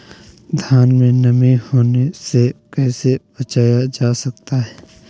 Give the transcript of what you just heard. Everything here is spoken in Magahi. धान में नमी होने से कैसे बचाया जा सकता है?